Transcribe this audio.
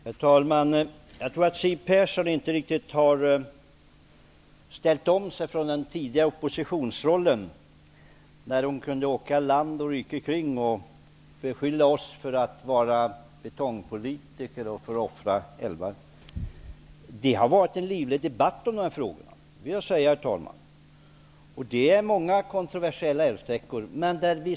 Herr talman! Jag tror att Siw Persson inte riktigt har ställt om sig från den tidigare oppositionsrollen, där hon kunde åka land och rike kring och beskylla oss för att vara betongpolitiker och för att offra älvar. Det har varit en livlig debatt om de här frågorna. Det vill jag säga, herr talman. Det gäller många kontroversiella älvsträckor.